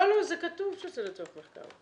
לא, זה כתוב שזה לצורך מחקר.